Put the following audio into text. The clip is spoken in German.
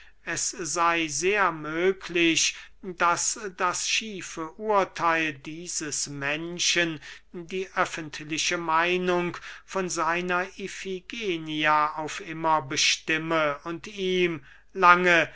es sey sehr möglich daß das schiefe urtheil dieses menschen die öffentliche meinung von seiner ifigenia auf immer bestimme und ihm lange